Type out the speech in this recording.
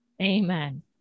Amen